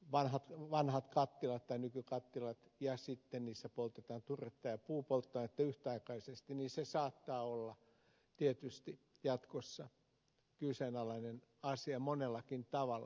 vanhat vanhat kattilat tai nyky kattilat painolasti että kattiloissa poltetaan turvetta ja puupolttoainetta yhtäaikaisesti saattaa olla tietysti jatkossa kyseenalainen asia monellakin tavalla